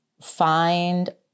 find